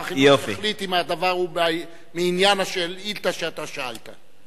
שר החינוך יחליט אם הדבר הוא מעניין השאילתא שאתה שאלת.